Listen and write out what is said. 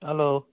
hello